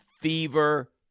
fever